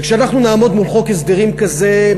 וכשאנחנו נעמוד מול חוק הסדרים כזה,